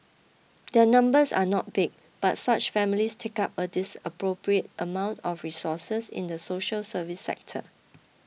their numbers are not big but such families take up a dis appropriate amount of resources in the social service sector